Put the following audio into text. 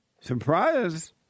Surprise